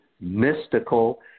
mystical